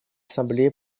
ассамблее